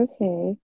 Okay